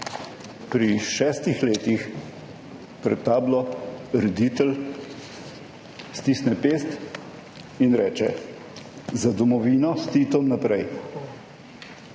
Pri šestih letih pred tablo reditelj stisne pest in reče: »Za domovino – s Titom naprej!«